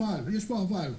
אבל יש פה "אבל".